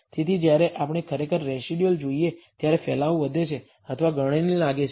તેથી જ્યારે આપણે ખરેખર રેસિડયુઅલ જોઈએ ત્યારે ફેલાવો વધે છે અથવા ગળણી લાગે છે